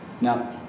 Now